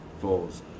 falls